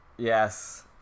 Yes